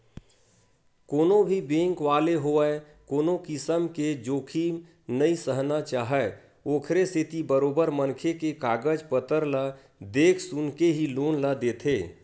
कोनो भी बेंक वाले होवय कोनो किसम के जोखिम नइ सहना चाहय ओखरे सेती बरोबर मनखे के कागज पतर ल देख सुनके ही लोन ल देथे